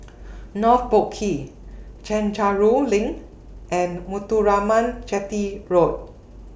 North Boat Quay Chencharu LINK and Muthuraman Chetty Road